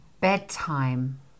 bedtime